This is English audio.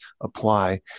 apply